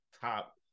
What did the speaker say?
top